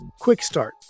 QUICKSTART